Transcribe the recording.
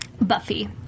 Buffy